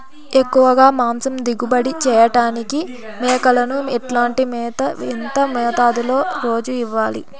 ఎక్కువగా మాంసం దిగుబడి చేయటానికి మేకలకు ఎట్లాంటి మేత, ఎంత మోతాదులో రోజు ఇవ్వాలి?